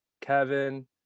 Kevin